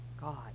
god